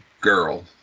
girl